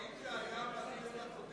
לא, אם זה היה בכנסת הקודמת